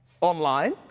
online